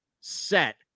set